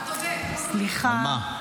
סליחה.